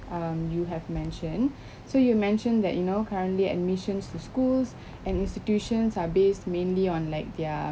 um you have mentioned so you mentioned that you know currently admissions to schools and institutions are based mainly on like their